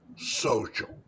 social